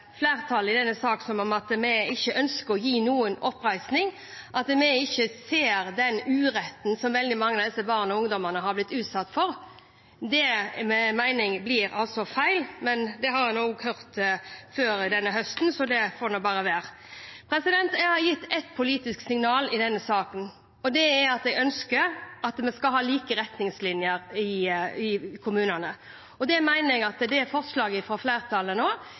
som om flertallet i denne sak ikke ønsker å gi noen oppreisning, at vi ikke ser den uretten som veldig mange av disse barna og ungdommene har blitt utsatt for, blir feil. Det har jeg imidlertid også hørt før denne høsten, så det får nå bare være. Jeg har gitt et politisk signal i denne saken, og det er at jeg ønsker at vi skal ha like retningslinjer i kommunene. Det mener jeg at forslaget fra flertallet nå